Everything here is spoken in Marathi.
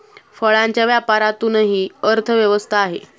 फळांच्या व्यापारातूनही अर्थव्यवस्था आहे